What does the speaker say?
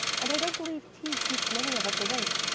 and i don't believe tea keeps many of us awake.